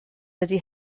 dydy